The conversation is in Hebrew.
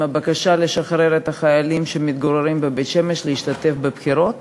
ובה בקשה לשחרר את החיילים שמתגוררים בבית-שמש כדי שישתתפו בבחירות.